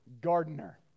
gardener